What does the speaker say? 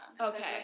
Okay